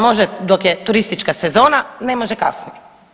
Može dok je turistička sezona, ne može kasnije.